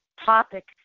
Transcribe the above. topic